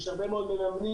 יש הרבה מאוד מממנים.